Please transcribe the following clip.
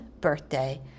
birthday